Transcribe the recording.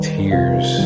tears